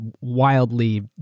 wildly